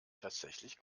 tatsächlich